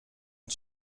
ont